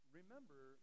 remember